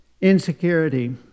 insecurity